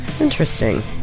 Interesting